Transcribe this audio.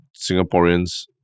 Singaporeans